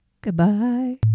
Goodbye